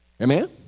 Amen